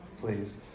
please